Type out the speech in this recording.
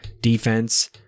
defense